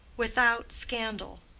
without scandal,